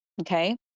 okay